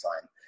time